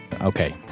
Okay